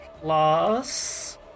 plus